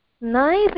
nice